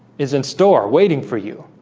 is in store waiting for you,